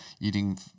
Eating